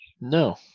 No